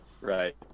Right